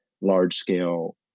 large-scale